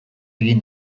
egin